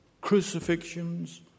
crucifixions